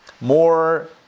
more